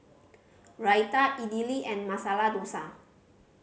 Raita Idili and Masala Dosa